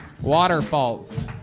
Waterfalls